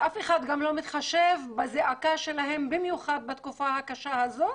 אף אחד גם לא מתחשב בזעקה שלהם במיוחד בתקופה הקשה הזאת